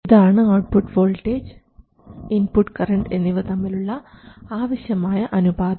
ഇതാണ് output voltage input current എന്നിവ തമ്മിലുള്ള ആവശ്യമായ അനുപാതം